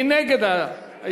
מי נגד ההסתייגות?